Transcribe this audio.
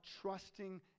trusting